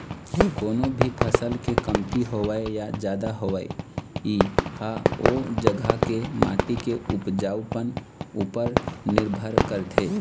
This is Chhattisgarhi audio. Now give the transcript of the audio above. कोनो भी फसल के कमती होवई या जादा होवई ह ओ जघा के माटी के उपजउपन उपर निरभर करथे